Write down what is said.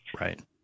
Right